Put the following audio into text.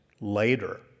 later